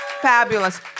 Fabulous